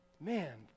man